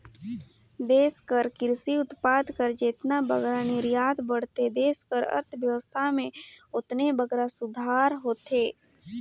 देस कर किरसी उत्पाद कर जेतने बगरा निरयात बढ़थे देस कर अर्थबेवस्था में ओतने बगरा सुधार होथे